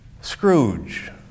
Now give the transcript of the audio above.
Scrooge